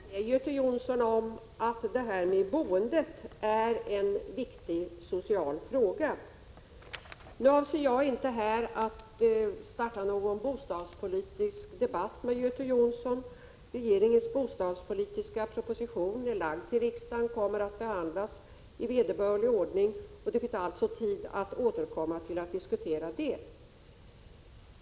Herr talman! Jag håller med Göte Jonsson om att detta med boendet är en viktig social fråga. Men jag avser inte att här ta upp en bostadspolitisk debatt med Göte Jonsson. Regeringens bostadspolitiska proposition har lagts fram för riksdagen och kommer att behandlas i vederbörlig ordning. Det finns alltså tid att återkomma till en diskussion om dessa frågor.